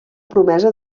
promesa